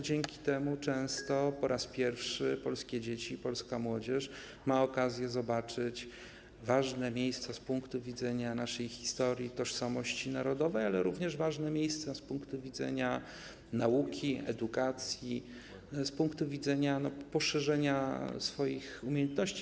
Dzięki temu często po raz pierwszy polska młodzież i polskie dzieci mają okazję zobaczyć ważne miejsca z punktu widzenia naszej historii, tożsamości narodowej, ale również ważne miejsca z punktu widzenia nauki, edukacji, z punktu widzenia poszerzania swoich umiejętności.